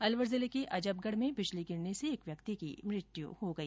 अलवर जिले के अजबगढ़ में बिजली गिरने से एक व्यक्ति की मृत्यु हो गई